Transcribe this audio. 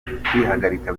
kwihagarika